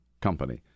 company